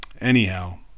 anyhow